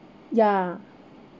ya